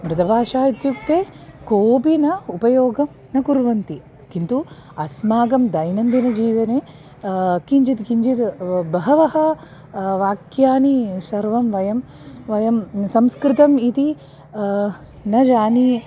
मृतभाषा इत्युक्ते कोपि न उपयोगं न कुर्वन्ति किन्तु अस्माकं दैनन्दिनजीवने किञ्चित् किञ्चित् बहवः वाक्यानि सर्वं वयं वयं संस्कृतम् इति न जानीमः